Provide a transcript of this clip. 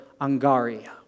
Angaria